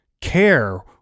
care